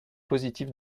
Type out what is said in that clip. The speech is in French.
positive